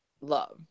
love